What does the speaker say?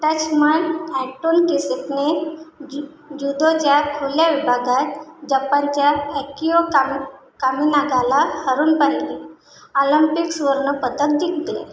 Dutchman Anton गीसिकने जि ज्युदोच्या खुल्या विभागात जपानच्या अॅकियो कामि कामिनाकाला हरवून पहिले आलम्पिक सुवर्णपदक जिंकले